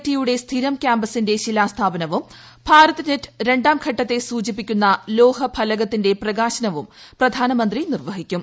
ടിയുടെ സ്ഥിരം ്കാമ്പസിന്റെ ശിലാസ്ഥാപനവും ഭാരത്നെറ്റിന്റെ രണ്ടാംഘട്ടത്തെ സൂചി പ്പിക്കുന്ന ലോഹഫലകത്തിന്റെ പ്രകാശനവും പ്രധാനമന്ത്രി നിർവ്വഹിക്കും